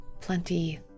plenty